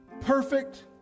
Perfect